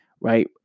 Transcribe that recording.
right